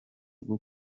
bwo